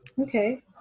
Okay